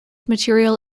material